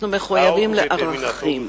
אנחנו מחויבים לערכים.